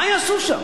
מה יעשו שם?